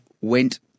went